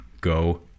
Go